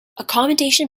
accommodation